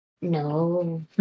No